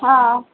हँ